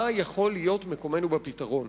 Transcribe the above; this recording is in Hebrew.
מה יכול להיות מקומנו בפתרון?